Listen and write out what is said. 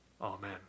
Amen